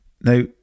Now